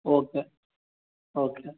okay okay